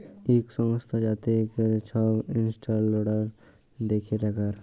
ইক সংস্থা যাতে ক্যরে ছব ইসট্যালডাড় দ্যাখে টাকার